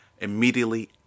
immediately